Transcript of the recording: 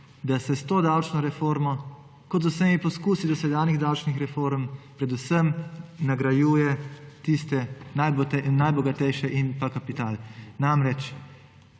da se s to davčno reformo kot z vsemi poskusi dosedanjih davčnih reform predvsem nagrajuje tiste najbogatejše in pa kapital. Namreč,